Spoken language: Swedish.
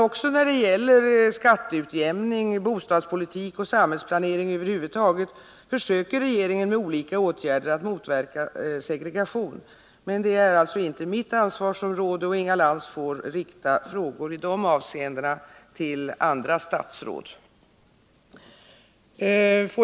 Också när det gäller skatteutjämning, bostadspolitik och samhällsplanering över huvud taget försöker regeringen att med olika åtgärder motverka segregation. Men de ingår alltså inte i mitt ansvarsområde, och Inga Lantz får därför i de avseendena rikta sina frågor till andra statsråd.